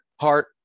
heart